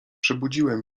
przebudziłem